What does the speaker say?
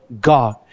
God